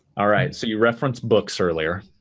all right. so, you referenced books earlier.